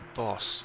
boss